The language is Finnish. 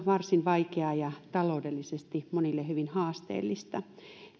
varsin vaikeaa ja taloudellisesti monille hyvin haasteellista